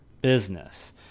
business